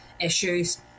issues